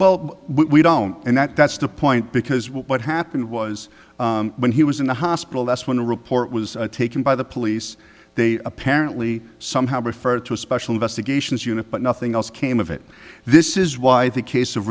well we don't and that that's the point because what happened was when he was in the hospital that's when the report was taken by the police they apparently somehow refer to a special investigations unit but nothing else came of it this is why the case of